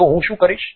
તો હું શું કરીશ